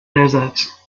desert